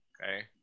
Okay